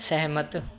ਸਹਿਮਤ